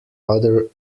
other